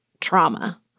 trauma